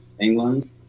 england